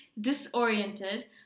disoriented